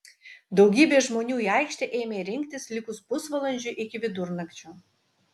daugybė žmonių į aikštę ėmė rinktis likus pusvalandžiui iki vidurnakčio